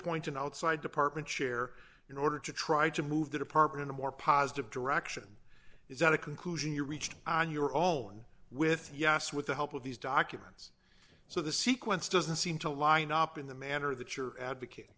appoint an outside department chair in order to try to move the department a more positive direction is that a conclusion you reached on your own with yes with the help of these documents so the sequence doesn't seem to line up in the manner that you're advocating